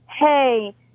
hey